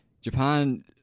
Japan